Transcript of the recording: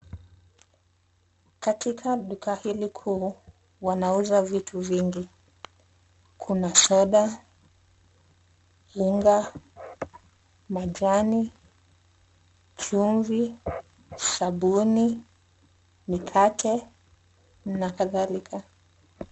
Katika duka hili kuu wanauza vitu vingi, kuna soda, unga, majani, chumvi, sabuni, mikate na kadhalika.